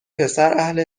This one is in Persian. پسراهل